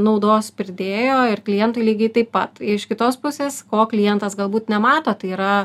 naudos pridėjo ir klientui lygiai taip pat iš kitos pusės ko klientas galbūt nemato tai yra